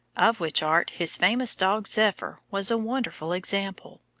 of which art his famous dog zephyr was a wonderful example.